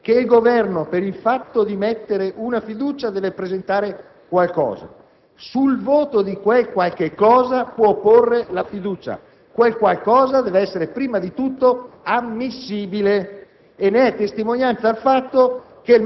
Se dovesse valere l'ipotesi che il Governo per porre una fiducia deve presentare qualcosa e sul voto di quel qualcosa può porre la fiducia, quel qualcosa dev'essere prima di tutto ammissibile